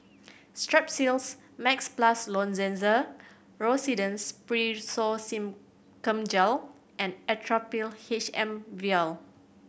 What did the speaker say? Strepsils Max Plus Rosiden's Piroxicam Gel and Actrapid H M Vial